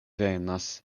venas